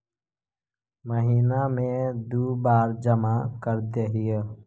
महिना मे दु बार जमा करदेहिय?